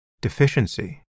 deficiency